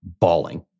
bawling